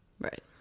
Right